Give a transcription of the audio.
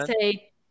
say